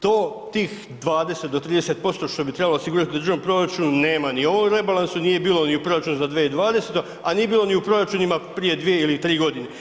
Tih 20 do 30% što bi trebalo osigurati u državnom proračuna nema ni u ovom rebalansu, nije bilo ni u proračunu za 2020. a nije bilo ni u proračunima prije 2 ili 3 godine.